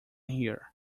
here